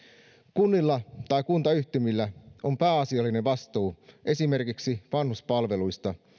kunnilla tai kuntayhtymillä on pääasiallinen vastuu esimerkiksi vanhuspalveluista